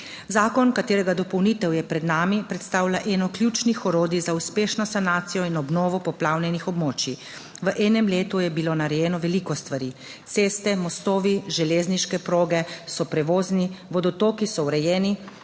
Zakon, katerega dopolnitev je pred nami, predstavlja eno ključnih orodij za uspešno sanacijo in obnovo poplavljenih območij. V enem letu je bilo narejeno veliko stvari, ceste, mostovi, železniške proge so prevozne, vodotoki so urejeni,